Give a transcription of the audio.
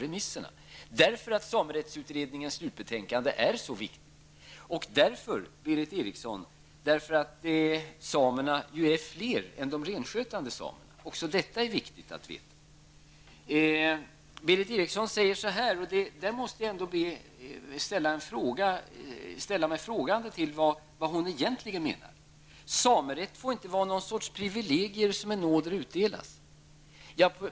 Anledningen härtill är att samerättsutredningens slutbetänkande är så viktigt och att, Berith Eriksson, samerna är fler än de renskötande samerna. På den punkten ställer jag mig frågande till vad Berith Eriksson egentligen menar när hon säger att samerätt inte får vara privilegier som i nåder utdelas.